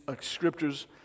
scriptures